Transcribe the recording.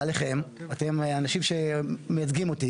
יש שם הגנה ולא צריך הגנה של מישהו נוסף.